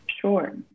Sure